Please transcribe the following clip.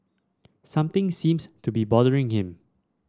something seems to be bothering him